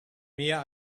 mehr